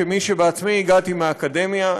כמי שבעצמו הגיע מהאקדמיה.